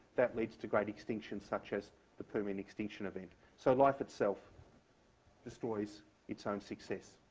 that leads to great extinctions, such as the permian extinction event. so life itself destroys its own success.